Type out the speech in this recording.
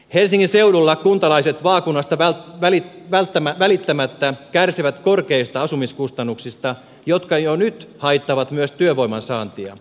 helsingin seudulla kuntalaiset vaakunasta välittämättä kärsivät korkeista asumiskustannuksista jotka jo nyt haittaavat myös työvoiman saantia